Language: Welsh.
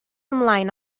ymlaen